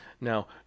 Now